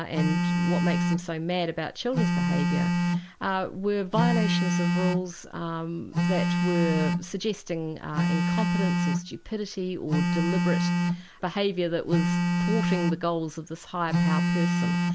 and what makes them so mad about children's behaviour were violations of rules um that were suggesting incompetence or stupidity or deliberate behaviour that was thwarting the goals of this high-power person.